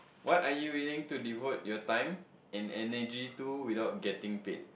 what are you willing to devote your time and energy to without getting paid